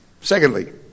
Secondly